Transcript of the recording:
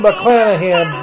McClanahan